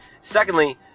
Secondly